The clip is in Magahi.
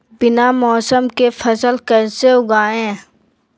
बिना मौसम के फसल कैसे उगाएं?